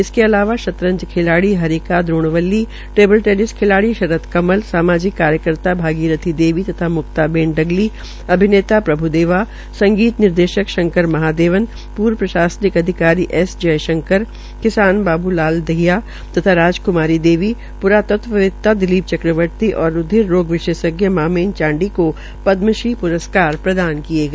इसके अलावा शतरंज खिलाड़ी हरिका द्रोण्वल्ली टेबल टेनिस खिलाड़ी शरत कमल सामाजिक कार्यकर्ता भागीरथी देवी तथा म्क्तावेन डगली अभिनेता प्रभ्देवा संगीत निर्देशक शंकर महादेवन पूर्व प्राशसनिक अधिकारी एस जयशंकर किसान बाबू लाल दहिया तथा राजक्मारी देवी प्रात्त्ववेता दिलील चक्रवर्ती और रूधिर रोग विशेषज्ञ मामेन चांडी को प्रदम श्री प्रस्कार प्रदान किया गया